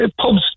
pubs